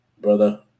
brother